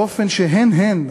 שהן-הן,